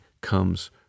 comes